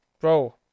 Bro